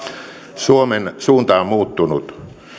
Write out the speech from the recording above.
suomen suunta on muuttunut